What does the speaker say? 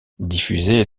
diffusée